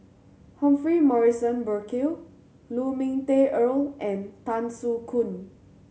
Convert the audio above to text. Humphrey Morrison Burkill Lu Ming Teh Earl and Tan Soo Khoon